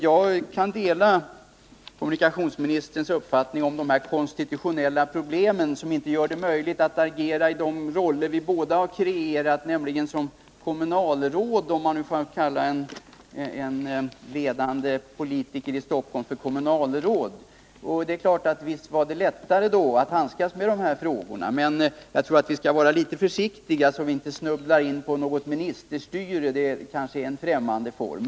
Jag kan dela kommunikationsministerns uppfattning om de konstitutionella problem som inte gör det möjligt att agera i de roller vi båda har kreerat, nämligen som kommunalråd — om man nu får kalla en ledande politiker i Stockholm för kommunalråd. Visst var det lättare att handskas med de här frågorna då. Jag tror vi skall vara försiktiga så vi inte snubblar in på ministerstyre, för det kanske är en främmande form.